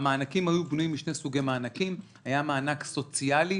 המענקים היו בנויים משני סוגי מענקים היה מענק סוציאלי,